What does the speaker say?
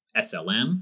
SLM